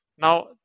Now